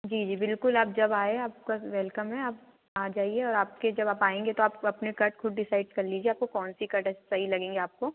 जी जी बिल्कुल जब आप आए आपका वेलकम है आप आ जाइए और आपके जब आप आएंगे तो आप अपने कट खुद डिसाइड कर लीजिए आपको कौन सी कट सही लगेंगी आपको